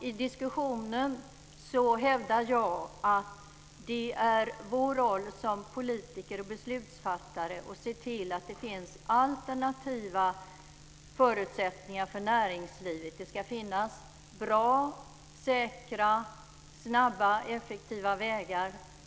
I diskussionen hävdar jag att det är vår roll som politiker och beslutsfattare att se till att det finns alternativa förutsättningar för näringslivet. Det ska finnas bra, säkra, snabba och effektiva vägar.